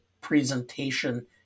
presentation